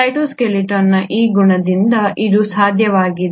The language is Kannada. ಸೈಟೋಸ್ಕೆಲಿಟನ್ನ ಈ ಗುಣದಿಂದಾಗಿ ಇದು ಸಾಧ್ಯವಾಗಿದೆ